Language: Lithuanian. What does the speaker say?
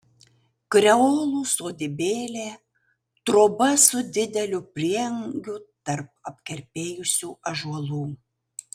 kreolų sodybėlė troba su dideliu prieangiu tarp apkerpėjusių ąžuolų